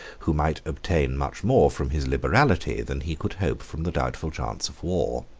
who might obtain much more from his liberality than he could hope from the doubtful chance of war.